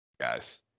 guys